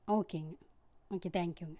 ஓகேங்க ஓகே தேங்க்யூங்க